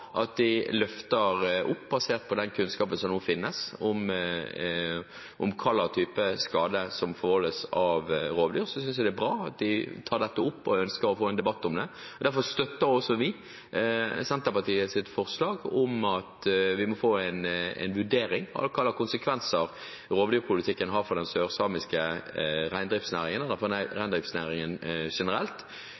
at de løfter spørsmålet, basert på den kunnskapen som nå finnes, om hvilken type skade som forvoldes av rovdyr. Jeg synes det er bra at de tar dette opp og ønsker å få en debatt om det. Derfor støtter vi Senterpartiets forslag om å få en vurdering av hvilke konsekvenser rovdyrpolitikken har for den sørsamiske reindriftsnæringen og for